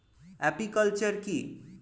Apiculture কি?